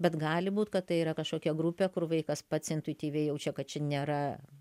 bet gali būt kad tai yra kažkokia grupė kur vaikas pats intuityviai jaučia kad čia nėra